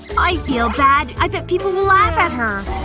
i feel bad. i bet people will laugh at her